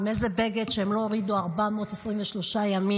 עם איזה בגד שהם לא הורידו 423 ימים.